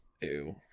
Ew